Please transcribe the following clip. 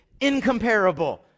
incomparable